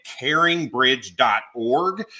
caringbridge.org